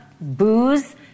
booze